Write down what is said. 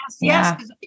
yes